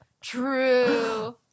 True